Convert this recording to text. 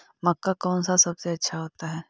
मक्का कौन सा सबसे अच्छा होता है?